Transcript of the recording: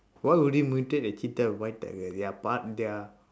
why would you mutate a cheetah and white tiger they are a part they are